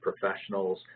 professionals